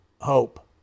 hope